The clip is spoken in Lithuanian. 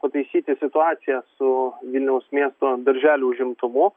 pataisyti situaciją su vilniaus miesto darželių užimtumu